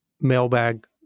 mailbag